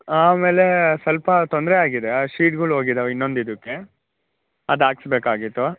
ಆಮೇಲೆ ಸ್ವಲ್ಪ ತೊಂದರೆ ಆಗಿದೆ ಆ ಶೀಟ್ಗಳೋಗಿದಾವೆ ಇನ್ನೊಂದು ಇದಕ್ಕೆ ಅದು ಹಾಕ್ಸ್ಬೇಕಾಗಿತ್ತು